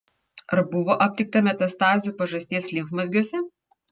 ar buvo aptikta metastazių pažasties limfmazgiuose